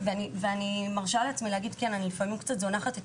אני מרשה לעצמי לומר שאני לפעמים קצת זונחת את